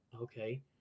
okay